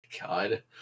God